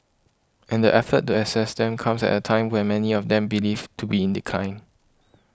and the effort to assess them comes at a time when many of them believed to be in decline